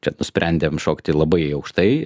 čia nusprendėm šokti labai aukštai